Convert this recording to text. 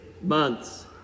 months